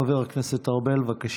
חבר הכנסת ארבל, בבקשה.